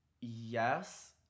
Yes